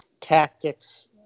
tactics